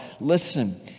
listen